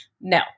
no